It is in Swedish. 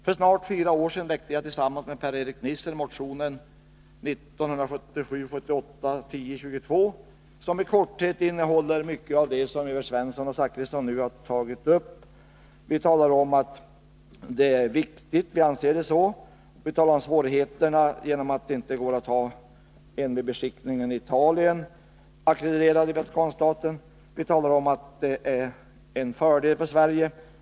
För snart fyra år sedan väckte jag tillsammans med Per-Erik Nisser motion 1977/78:1022, som i korthet innehåller mycket av det som Evert Svensson och Bertil Zachrisson nu har tagit upp. Vi säger att vi anser att frågan är viktig. Vi talar om svårigheterna genom att det inte går att ha beskickningen i Italien ackrediterad i Vatikanstaten. Vi säger att det är en fördel för Sverige.